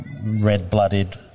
red-blooded